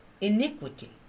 iniquity